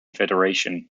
federation